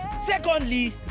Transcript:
Secondly